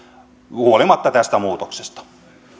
huolimatta tästä muutoksesta